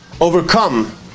overcome